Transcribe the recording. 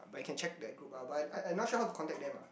but you can check that group but I'm I not sure how to contact them ah